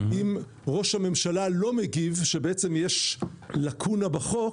אם ראש הממשלה לא מגיב כשיש לקונה בחוק,